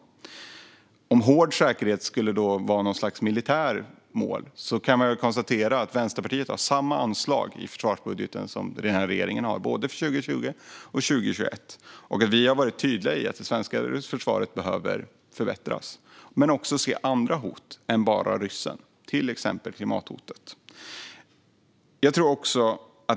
Skulle hård säkerhet alltså vara något slags militärt mål? I så fall kan vi konstatera att Vänsterpartiet har samma anslag i sin försvarsbudget som regeringen för både 2010 och 2021. Vi har varit tydliga med att det svenska försvaret behöver förbättras men att man måste se andra hot än bara ryssen, till exempel klimathotet.